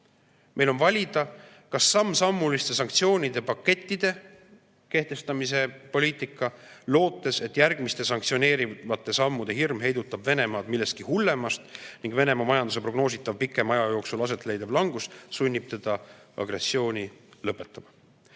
Meil on valida sammsammuliste sanktsioonide pakettide kehtestamise poliitika, lootuses, et järgmiste sanktsioneerivate sammude hirm heidutab Venemaad millestki hullemast ning Venemaa majanduse prognoositav pikema aja jooksul aset leidev langus sunnib teda agressiooni lõpetama.